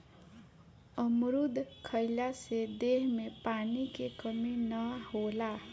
अमरुद खइला से देह में पानी के कमी ना होला